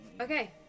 okay